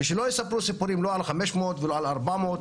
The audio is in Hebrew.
ושלא יספרו סיפורים, לא על 500 ולא על 400,